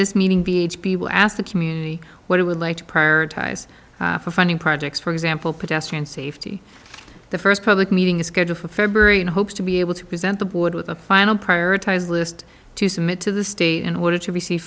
this meeting b h p will ask the community what it would like to prioritize for funding projects for example pedestrian safety the first public meeting is scheduled for february and hopes to be able to present the board with a final prioritized list to submit to the state in order to receive